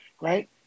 right